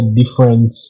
different